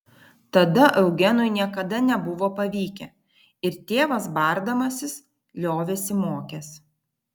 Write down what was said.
tada eugenui niekada nebuvo pavykę ir tėvas bardamasis liovėsi mokęs